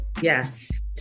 Yes